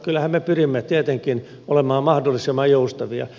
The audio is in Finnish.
kyllähän me pyrimme tietenkin olemaan mahdollisimman joustavia